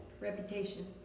Reputation